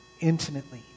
intimately